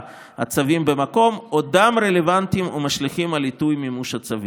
הצווים במקום עודם רלוונטיים או משליכים על עיתוי מימוש הצווים.